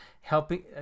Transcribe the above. helping